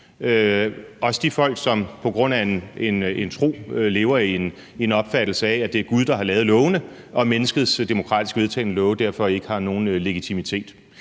også de folk, som på grund af en tro lever i en opfattelse af, at det er Gud, der har lavet lovene, og at menneskets demokratisk vedtagne love derfor ikke har nogen legitimitet.